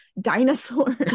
dinosaurs